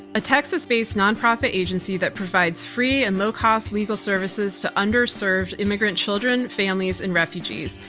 a texas based nonprofit agency that provides free and low cost legal services to underserved immigrant children, families and refugees.